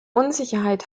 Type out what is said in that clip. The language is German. unsicherheit